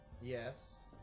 Yes